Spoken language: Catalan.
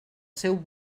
seu